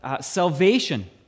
salvation